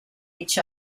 each